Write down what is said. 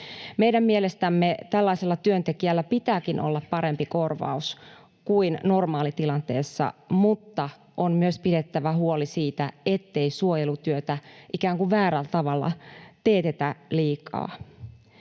Meidän mielestämme tällaisella työntekijällä pitääkin olla parempi korvaus kuin normaalitilanteessa, mutta on myös pidettävä huoli siitä, ettei suojelutyötä ikään kuin väärällä tavalla teetetä liikaa.